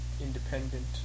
independent